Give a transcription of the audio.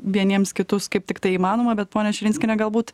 vieniems kitus kaip tiktai įmanoma bet ponia širinskiene galbūt